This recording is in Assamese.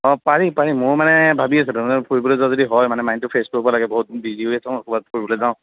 অ' পাৰি পাৰি ময়ো মানে ভাবি আছিলো ফুৰিবলৈ যোৱা যদি হয় মানে মাইণ্ডটো ফ্ৰেছ কৰিব লাগে বহুত বিজি হৈ আছো ন ক'ৰবাত ফুৰিবলৈ যাওঁ